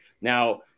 Now